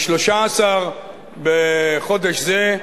ב-13 בחודש זה,